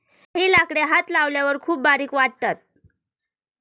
काही लाकडे हात लावल्यावर खूप बारीक वाटतात